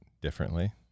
differently